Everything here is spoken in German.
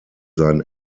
sein